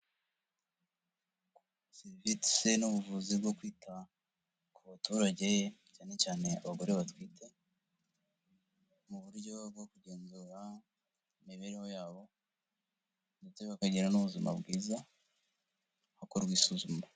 Serivisi n'ubuvuzi bwo kwita ku baturage cyane cyane abagore batwite, mu buryo bwo kugenzura imibereho yabo ndetse bakagira n'ubuzima bwiza, hakorwa isuzuma.